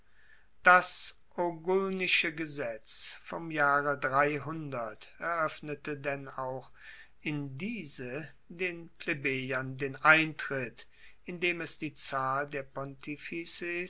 das ogulnische gesetz vom jahre eroeffnete denn auch in diese den plebejern den eintritt indem es die zahl der